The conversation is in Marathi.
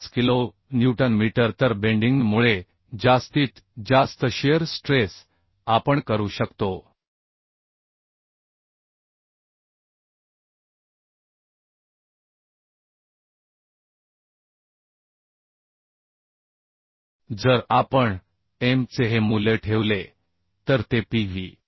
25 किलो न्यूटन मीटर तर बेंडिंग मुळे जास्तीत जास्त शिअर स्ट्रेस आपण करू शकतो जर आपण M चे हे मूल्य ठेवले तर ते Pb